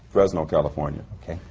fresno, california.